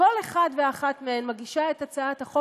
וכל אחד ואחת מהן מגישה את הצעת החוק